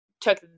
took